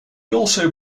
also